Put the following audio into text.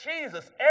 Jesus